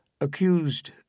accused